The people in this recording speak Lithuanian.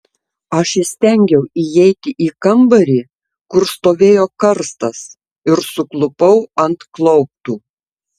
aš įstengiau įeiti į kambarį kur stovėjo karstas ir suklupau ant klauptų